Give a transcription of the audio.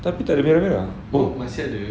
tapi tak dengar-dengar